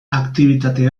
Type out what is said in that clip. aktibitate